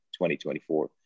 2024